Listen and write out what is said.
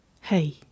Hey